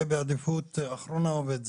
ובעדיפות אחרונה עובד זר.